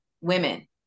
women